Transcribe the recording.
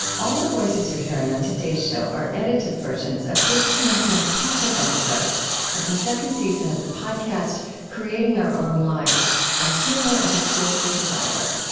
of the voices you're hearing on today's show are edited versions of fifteen fantastic episodes of the second season of the podcast creating our own lives, on humor as a tool for survival.